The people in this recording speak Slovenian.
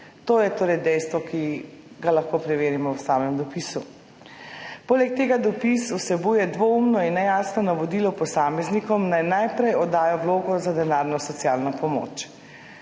To je torej dejstvo, ki ga lahko preverimo v samem dopisu. Poleg tega dopis vsebuje dvoumno in nejasno navodilo posameznikom, naj najprej oddajo vlogo za denarno socialno pomoč.